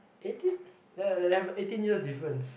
eighteen have a eighteen years difference